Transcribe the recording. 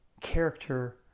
character